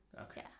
Okay